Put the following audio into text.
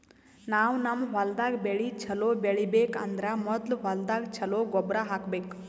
ನಾವ್ ನಮ್ ಹೊಲ್ದಾಗ್ ಬೆಳಿ ಛಲೋ ಬೆಳಿಬೇಕ್ ಅಂದ್ರ ಮೊದ್ಲ ಹೊಲ್ದಾಗ ಛಲೋ ಗೊಬ್ಬರ್ ಹಾಕ್ಬೇಕ್